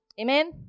amen